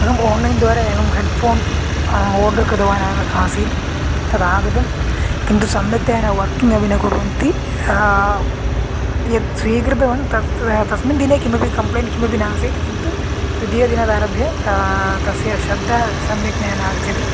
अहम् आन्लैन्द्वारा एकं हेडफ़ोन् ओर्डर् कृतवान् अ आसीत् तदागतं किन्तु सम्यक्तया न वर्किङ्ग् अपि न कुर्वन्ति यद् स्वीकृतवान् तत् तस्मिन् दिने किमपि कम्प्लेण्ट् किमपि नासीत् किन्तु द्वि दिनादारभ्य तस्य शब्दः सम्यक्तया नागच्छति